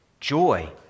joy